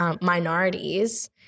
minorities